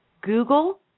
Google